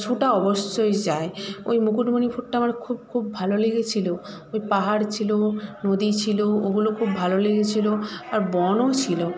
শ্যুটা অবশ্যয় চাই ওই মুকুটমনিপুরটা আমার খুব খুব ভালো লেগেছিলো ওই পাহাড় ছিল নদী ছিল ওগুলো খুব ভালো লেগেছিলো আর বনও ছিল